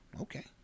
okay